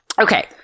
Okay